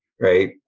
right